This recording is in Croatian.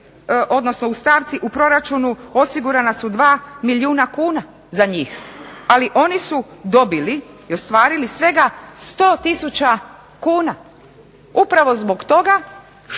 odnosno u stavci, u proračunu osigurana su 2 milijuna kuna za njih, ali oni su dobili i ostvarili svega 100 tisuća kuna upravo zbog toga što